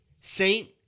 Saint